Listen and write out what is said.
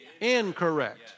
Incorrect